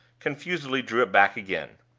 confusedly drew it back again.